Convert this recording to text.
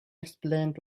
explained